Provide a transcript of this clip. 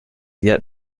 yet